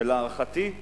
להערכתי,